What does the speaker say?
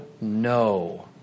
no